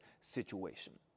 situation